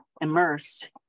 immersed